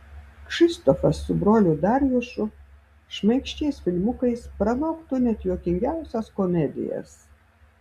kšištofas su broliu darjušu šmaikščiais filmukais pranoktų net juokingiausias komedijas